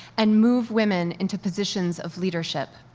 and move women into positions of leadership.